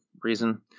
reason